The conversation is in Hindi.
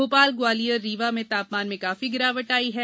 भोपाल ग्वालियर रीवा में तापमान में काफी गिरावट आई है